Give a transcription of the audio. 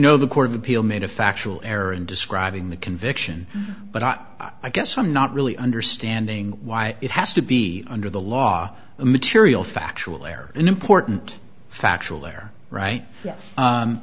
know the court of appeal made a factual error in describing the conviction but i guess i'm not really understanding why it has to be under the law a material factual error an important factual they're right